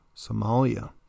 Somalia